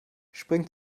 spring